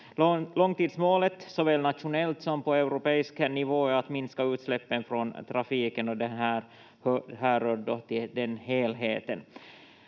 Långtidsmålet såväl nationellt som på europeisk nivå är att minska utsläppen från trafiken och det här hör till den helheten.